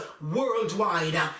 worldwide